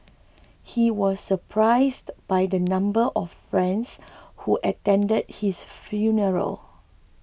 he was surprised by the number of friends who attended his funeral